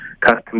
custom